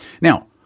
Now